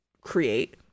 create